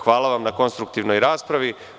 Hvala vam na konstruktivnoj raspravi.